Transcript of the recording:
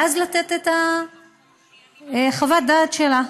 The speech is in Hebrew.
ואז לתת את חוות הדעת שלה,